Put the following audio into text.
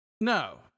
No